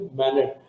manner